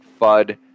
FUD